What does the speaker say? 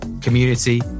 community